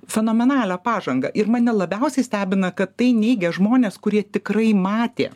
fenomenalią pažangą ir mane labiausiai stebina kad tai neigia žmonės kurie tikrai matė